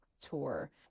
tour